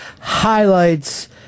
highlights